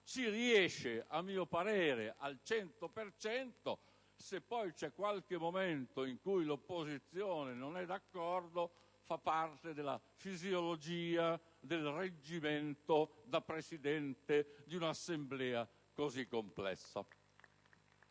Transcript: ci riesce a mio parere al 100 per cento; se poi c'è qualche momento in cui l'opposizione non è d'accordo, fa parte della fisiologia del reggimento da Presidente di una Assemblea così complessa.